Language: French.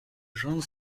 jeunes